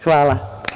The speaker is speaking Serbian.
Hvala.